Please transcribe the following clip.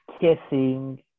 kissing